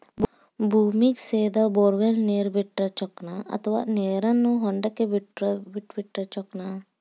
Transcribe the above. ಭೂಮಿಗೆ ಸೇದಾ ಬೊರ್ವೆಲ್ ನೇರು ಬಿಟ್ಟರೆ ಚೊಕ್ಕನ ಅಥವಾ ನೇರನ್ನು ಹೊಂಡಕ್ಕೆ ಬಿಟ್ಟು ಬಿಟ್ಟರೆ ಚೊಕ್ಕನ?